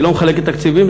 היא לא מחלקת תקציבים.